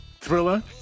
Thriller